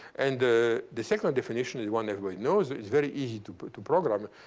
and the the second definition is one everybody knows. it's very easy to but to program.